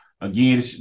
again